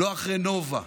לא אחרי נובה.